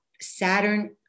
Saturn